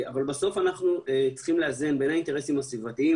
אבל אנחנו צריכים לאזן בין האינטרסים הסביבתיים,